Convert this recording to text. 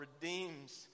redeems